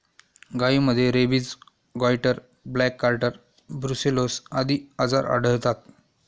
गायींमध्ये rabies, goitre, black quarter, brucellosis आदी आजार आढळतात